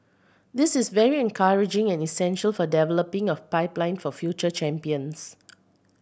this is very encouraging and essential for developing our pipeline of future champions